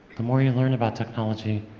the more you learn about technology,